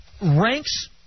ranks